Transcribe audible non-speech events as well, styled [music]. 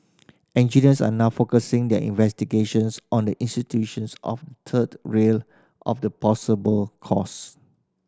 engineers are now focusing their investigations on the [unintelligible] of third rail of the possible cause